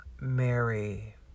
Mary